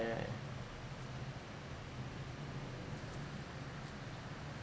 yeah right